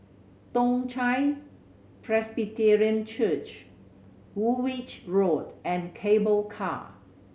Toong Chai Presbyterian Church Woolwich Road and Cable Car